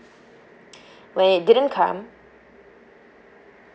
when it didn't come